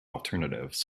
alternatives